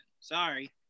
Sorry